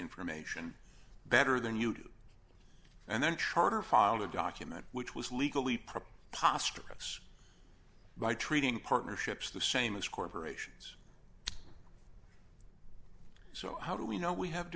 information better than you do and then charter filed a document which was legally proper posterous by treating partnerships the same as corporations so how do we know we have